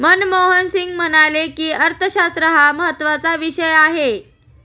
मनमोहन सिंग म्हणाले की, अर्थशास्त्र हा महत्त्वाचा विषय आहे